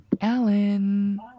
Alan